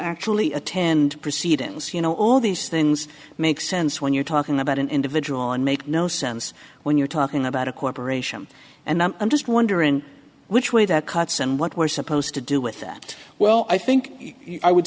actually attend proceedings you know all these things make sense when you're talking about an individual and make no sense when you're talking about a corporation and i'm just wondering which way that cuts and what we're supposed to do with that well i think i would